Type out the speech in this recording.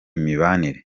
mibanire